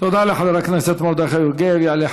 תודה, אדוני.